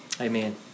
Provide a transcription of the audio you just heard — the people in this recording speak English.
Amen